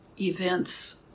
events